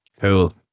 Cool